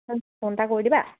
phone এটা কৰি দিবা